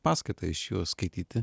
paskaitą iš jų skaityti